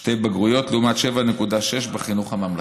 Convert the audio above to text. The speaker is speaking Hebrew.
שתי בגרויות, לעומת 7.6% בחינוך הממלכתי.